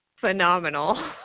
phenomenal